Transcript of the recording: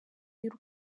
y’u